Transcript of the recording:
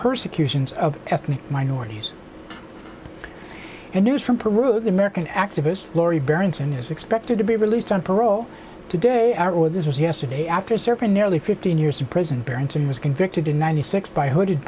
persecutions of ethnic minorities and news from peru to american activists lori berenson is expected to be released on parole today are all of this was yesterday after serving nearly fifteen years in prison parents and was convicted in ninety six by hooded